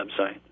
website